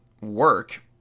work